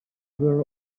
were